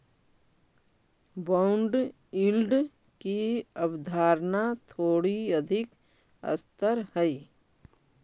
bond yield की अवधारणा थोड़ी अधिक स्तर हई